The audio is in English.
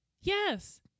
Yes